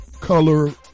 color